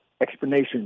explanation